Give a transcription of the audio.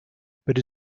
but